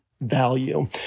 value